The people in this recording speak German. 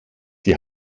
die